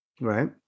right